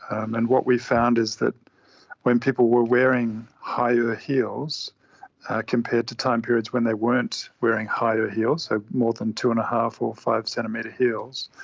and what we found is that when people were wearing higher heels compared to time periods when they weren't wearing higher heels, so more than two. and five or five-centimetre heels,